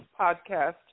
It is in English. podcast